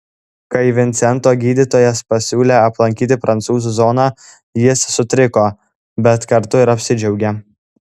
kai vincento gydytojas pasiūlė aplankyti prancūzų zoną jis sutriko bet kartu ir apsidžiaugė